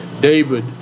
David